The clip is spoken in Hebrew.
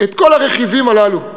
את כל הרכיבים הללו,